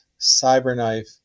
CyberKnife